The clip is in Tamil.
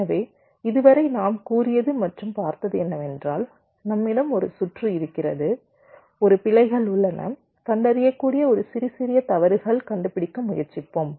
எனவே இதுவரை நாம் கூறியது மற்றும் பார்த்தது என்னவென்றால் நம்மிடம் ஒரு சுற்று இருக்கிறது ஒரு பிழைகள் உள்ளன கண்டறியக்கூடிய ஒரு சிறிய சிறிய தவறுகளைக் கண்டுபிடிக்க முயற்சிப்போம்